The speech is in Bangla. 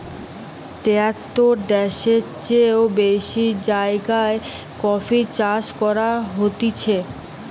তেয়াত্তর দ্যাশের চেও বেশি জাগায় কফি চাষ করা হতিছে